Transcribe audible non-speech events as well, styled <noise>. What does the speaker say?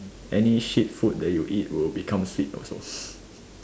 any shit food that you eat will become sweet also <noise>